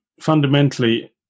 Fundamentally